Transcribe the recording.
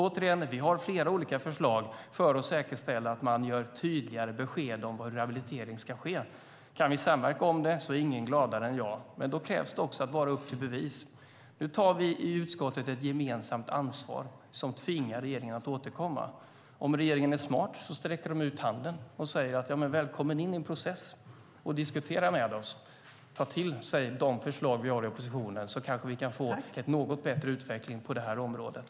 Återigen: Vi har flera olika förslag för att säkerställa tydligare besked om hur rehabilitering ska ske. Kan vi samverka om det är ingen gladare än jag. Men då är det upp till bevis, och det gäller var och en. Nu tar vi i utskottet ett gemensamt ansvar som tvingar regeringen att återkomma. Om regeringen är smart sträcker den ut handen och välkomnar oss in i en process, diskuterar med oss och tar till sig de förslag vi har från oppositionen. Då kanske vi kan få en något bättre utveckling på det här området.